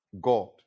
God